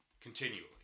continually